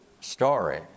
story